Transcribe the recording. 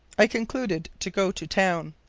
i concluded to go to town.